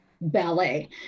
ballet